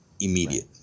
immediate